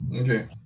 Okay